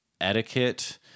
etiquette